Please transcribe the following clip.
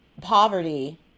poverty